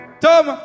Tom